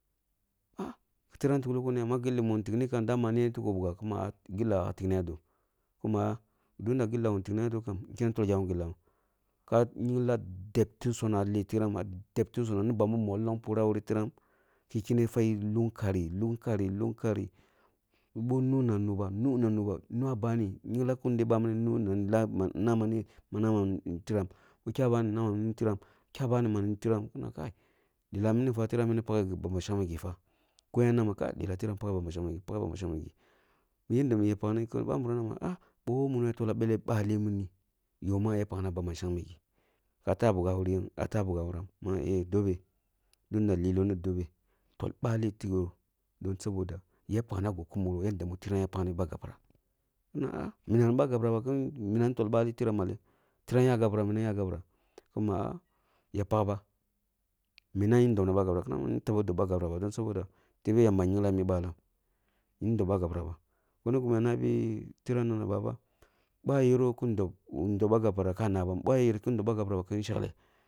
Ah, ki tiram tukhi kunya ma dama gilli muwu tikni niyen tuki bugham? Kuma ah tunda gillah wum tikna yadoh, kuma tunda gillawun tikna yadoh kam, wu kene wu tol gawum gillah wum ka yingla debti sonoh ah leh tiram ah yingla debti sonoh ah leh tiram, ni bami mollong purah ah wure tiram ki kene sa yingla hug kari lug kari lug kani bah nu na nuba, nu na nuba nwa bani yingla kundi bamini nu naḿa lah nama ma tiram, boh kya bani nama ni tiram kya bani nama ni tiram kya bani nama ni tiram kina kaī lelah minifa paghe ba shangme gida koyen ya nama kai! Lelah tiram mini fa eh paghe ba ma shengmeh gi paghe ba ma shengmeh gi. Niyanda nima pakni ki babirim nama kaih bi nama who munoh ya tolla bellah bali mini yira pakna ba ma shengmeh gi, ka tah buk ah wure yen? Ah tah bug ah wuram, ah nama heh dobe, tunda lilohni dobe tol baleh tiroh don saboda ya pakna gi kumuroh yadda mi tiroh ya pakni ba gapirah kina toh, minam ni ba gapirah ba kím toh bale tiram malen? Tiram ya gapīrah minam ehn birah gapīrah ba kin dob ba gapirah len? Minam yiri don na ba gapirah kaina kai, minam yīn dob ba gapirah ba saboda, tebe yamba gyungla ah mi balam yīn dob ba gapirah ba, bohni gima mi nabi tiram na baba ba yeroh kun dob dob ba gapirah ka naban bwa yereh kín dob ba gapiraba kin shekleh.